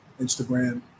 Instagram